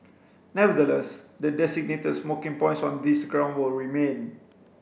nevertheless the designated smoking points on these ground will remain